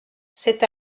c’est